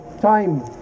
time